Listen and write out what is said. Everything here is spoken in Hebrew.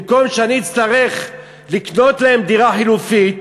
במקום שאני אצטרך לקנות להם דירה חלופית,